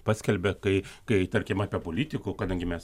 paskelbia kai kai tarkim apie politikų kadangi mes